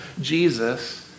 Jesus